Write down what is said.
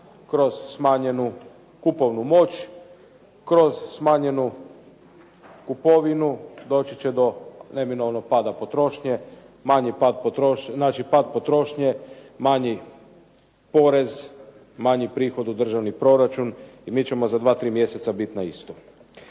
kroz smanjenu kupovnu moć, kroz smanjenu kupovinu, doći će do neminovnog pada potrošnje, znači pad potrošnje, manji porez, manji prihod u državni proračun i mi ćemo za 2, 3 mjeseca bit na istom.